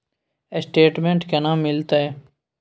Statement केना मिलते?